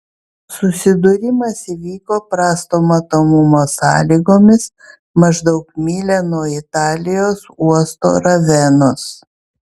susidūrimas įvyko prasto matomumo sąlygomis maždaug mylia nuo italijos uosto ravenos